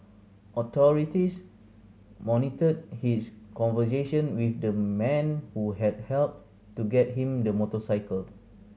authorities monitored his conversation with the man who had helped to get him the motorcycle